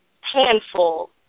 handful